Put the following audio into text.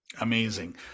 Amazing